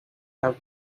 have